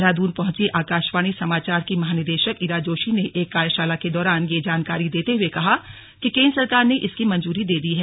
देहरादून पहुंची आकाशवाणी समाचार की महानिदेशक ईरा जोशी ने एक कार्यशाला के दौरान यह जानकारी देते हुए कहा कि केंद्र सरकार ने इसकी मंजूरी दे दी है